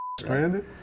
stranded